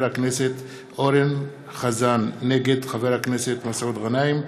הכנסת אורן חזן נגד חברי הכנסת מסעוד גנאים,